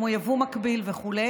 כמו יבוא מקביל וכו',